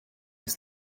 des